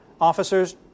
officers